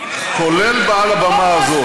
כולל מעל הבמה הזאת,